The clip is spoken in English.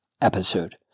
episode